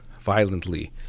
violently